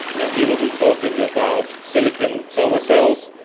and he will be talking about silicon solar cells,